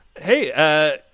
hey